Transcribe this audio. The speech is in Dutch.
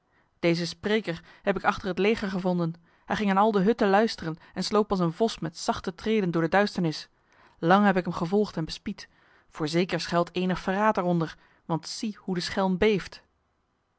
deze spreker heb ik achter het leger gevonden hij ging aan al de hutten luisteren en sloop als een vos met zachte treden door de duisternis lang heb ik hem gevolgd en bespied voorzeker schuilt enig verraad eronder want zie hoe de schelm beeft